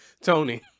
Tony